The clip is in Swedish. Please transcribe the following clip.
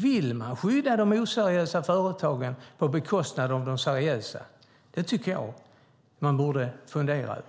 Vill man skydda de oseriösa företagen på bekostnad av de seriösa? Det tycker jag att man borde fundera över.